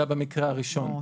אלא במקרה הראשון.